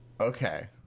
Okay